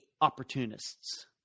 opportunists